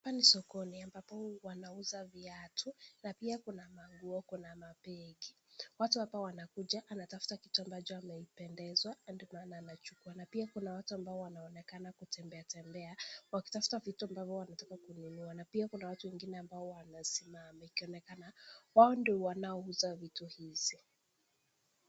Hapa ni sokoni ambapo wanauza viatu, pia kuna manguo, kuna mabegi. Watu hapa wanakuja wanatafuta kitu wanachopendezwa na ndio maana wanachukua na pia kuna watu ambao wanatembea wakitafuta vitu ambavyo wanataka kununua na pia kuna watu wengine ambao wamesimama wakionekana kwamba wao ndio wanauza vitu hivi.